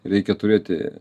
reikia turėti